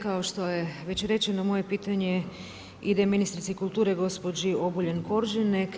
Kao što je već rečeno, moje pitanje ide ministrici kulture gospođi Obuljen Koržinek.